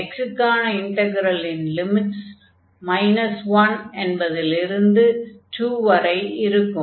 x க்கான இன்டக்ரலின் limits -1 என்பதிலிருந்து 2 வரை இருக்கும்